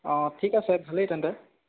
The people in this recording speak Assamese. অঁ ঠিক আছে ভালেই তেন্তে